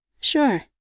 Sure